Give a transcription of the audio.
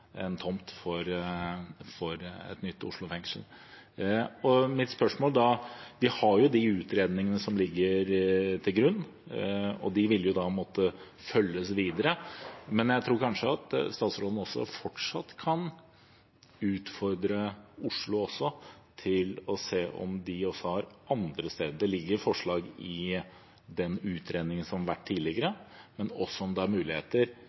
har utredninger som ligger til grunn, og de vil da måtte følges videre, men jeg tror kanskje at statsråden fortsatt kan utfordre Oslo til å se om de har andre steder. Det ligger forslag i den utredningen som har vært tidligere, men kanskje er det muligheter